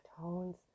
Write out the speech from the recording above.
tones